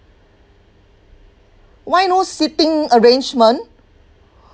why no seating arrangement